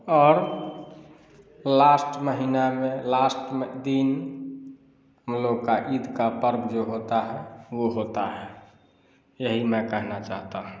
और लास्ट महीने में लास्ट दिन हम लोग का ईद का पर्व जो होता है वह होता है यही मैं कहना चाहता हूँ